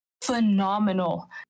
phenomenal